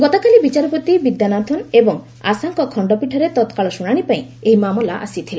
ଗତକାଲି ବିଚାରପତି ବିଦ୍ୟାନାଥନ୍ ଏବଂ ଆଶା ଙ୍କ ଖଣ୍ଡପୀଠରେ ତତ୍କାଳ ଶୁଣାଣି ପାଇଁ ଏହି ମାମଲା ଆସିଥିଲା